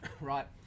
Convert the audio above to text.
right